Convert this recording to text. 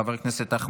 לוועדת החוקה,